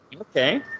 okay